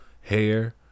hair